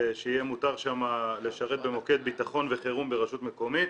שיהיה מותר שם לשרת במוקד ביטחון וחירום ברשות מקומית